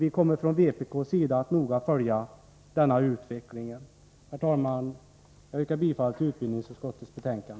Vi kommer från vpk:s sida att noga följa utvecklingen. Herr talman! Jag yrkar bifall till utbildningsutskottets hemställan.